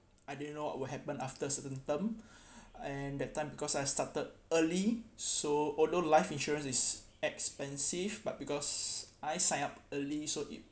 I didn't know will happen after certain term and that time because I started early so although life insurance is expensive but because I signed up early so it